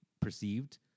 perceived